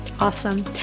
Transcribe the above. Awesome